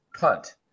punt